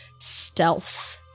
stealth